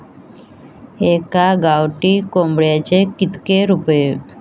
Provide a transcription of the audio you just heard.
एका गावठी कोंबड्याचे कितके रुपये?